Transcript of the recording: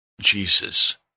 Jesus